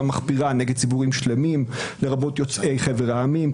מחפירה נגד ציבורים שלמים לרבות יוצאי חבר העמים,